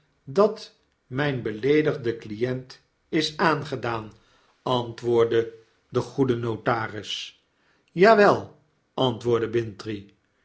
dat mijn beleedigden client is de doode verrijst weder aangedaan antwoordde de goede notaris ja wel antwoordde